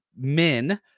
men